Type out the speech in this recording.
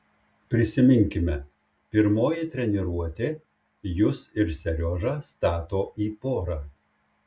prisiminkime pirmoji treniruotė jus ir seriožą stato į porą